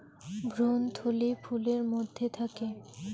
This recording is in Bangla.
ভ্রূণথলি ফুলের মধ্যে থাকে